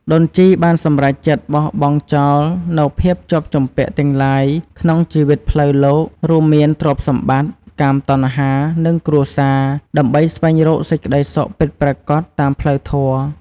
ដូនជីបានសម្រេចចិត្តបោះបង់ចោលនូវភាពជាប់ជំពាក់ទាំងឡាយក្នុងជីវិតផ្លូវលោក រួមមានទ្រព្យសម្បត្តិ កាមតណ្ហា និងគ្រួសារ ដើម្បីស្វែងរកសេចក្តីសុខពិតប្រាកដតាមផ្លូវធម៌។